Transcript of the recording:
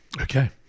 Okay